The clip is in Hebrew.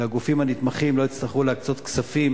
והגופים הנתמכים לא יצטרכו להקצות כספים